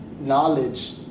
knowledge